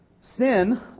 sin